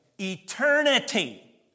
eternity